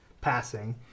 passing